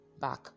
back